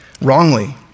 wrongly